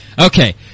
okay